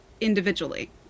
individually